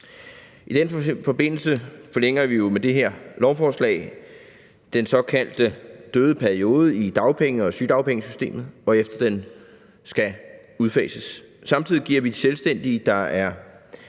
I den forbindelse forlænger vi jo med det her lovforslag den såkaldte døde periode i dagpenge- og sygedagpengesystemet, hvorefter den skal udfases. Samtidig giver vi selvstændige, der er